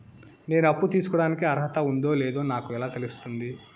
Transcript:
నేను అప్పు తీసుకోడానికి అర్హత ఉందో లేదో నాకు ఎలా తెలుస్తుంది?